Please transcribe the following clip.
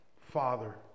Father